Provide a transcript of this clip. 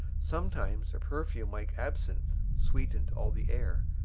sometimes a perfume like absinthe sweetened all the air.